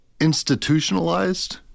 institutionalized